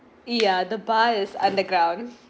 ya the bar is underground